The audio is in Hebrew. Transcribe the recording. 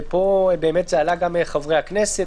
ופה זה עלה גם מחברי הכנסת,